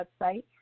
website